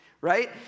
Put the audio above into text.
right